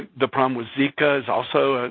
the problem with zika is also,